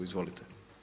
Izvolite.